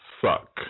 suck